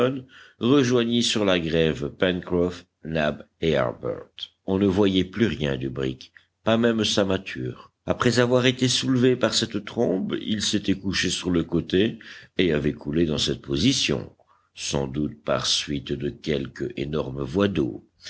rejoignit sur la grève pencroff nab et harbert on ne voyait plus rien du brick pas même sa mâture après avoir été soulevé par cette trombe il s'était couché sur le côté et avait coulé dans cette position sans doute par suite de quelque énorme voie d'eau